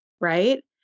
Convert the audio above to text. Right